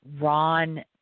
Ron